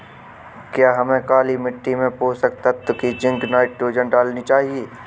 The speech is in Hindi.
क्या हमें काली मिट्टी में पोषक तत्व की जिंक नाइट्रोजन डालनी चाहिए?